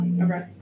okay